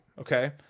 Okay